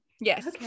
yes